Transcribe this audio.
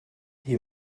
you